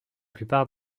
plupart